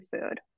food